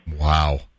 Wow